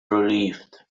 relieved